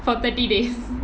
for thirty days